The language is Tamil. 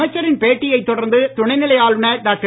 அமைச்சரின் பேட்டியைத் தொடர்ந்து துணைநிலை ஆளுநர் டாக்டர்